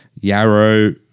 Yarrow